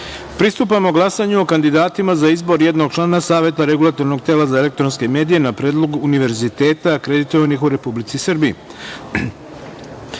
medije. Pristupamo glasanju o kandidatima za izbor jednog člana Saveta Regulatornog tela za elektronske medije na predlog univerziteta akreditovanih u Republici